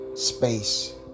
Space